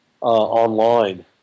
online